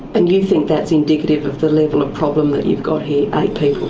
and you think that's indicative of the level of problem that you've got here, eight people?